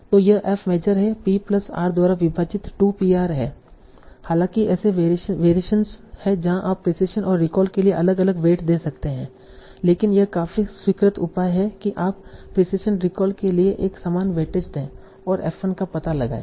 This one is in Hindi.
तो यह f मेजर है P प्लस R द्वारा विभाजित 2 PR है हालांकि ऐसे वेरिएशनस हैं जहां आप प्रिसिशन और रिकॉल के लिए अलग अलग वेट दे सकते हैं लेकिन यह काफी स्वीकृत उपाय है कि आप प्रिसिशन रिकॉल के लिए एक समान वेटेज दें और F1 का पता लगाएं